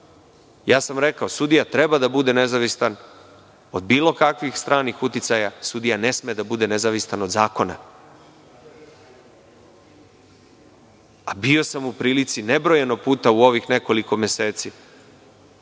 sam - sudija treba da bude nezavistan od bilo kakvih stranih uticaja, sudija ne sme da bude nezavistan od zakona. Bio sam u prilici nebrojeno puta u ovih nekoliko meseci